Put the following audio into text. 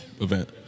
event